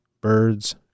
Birds